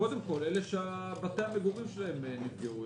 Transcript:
קודם כול אלה שבתי המגורים שלהם נפגעו.